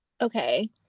okay